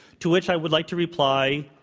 to which i would like to reply,